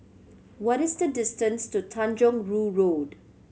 what is the distance to Tanjong Rhu Road